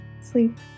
sleep